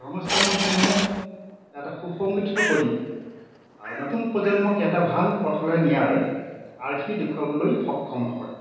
ধৰ্মস্থানসমূহ এটা সুসংগঠিত কৰি নতুন প্ৰজন্মক এটা ভাল পথলৈ নিয়াৰ আৰ্হি দেখুৱাবলৈ সক্ষম হয়